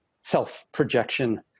self-projection